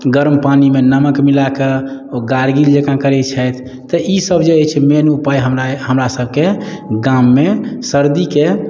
गर्म पानिमे नमक मिला कऽ ओ गार्गिल जकाँ करै छथि तऽ ई सब जे अछि मेन उपाय हमरा हमरा सबके गाममे सर्दीके